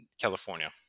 California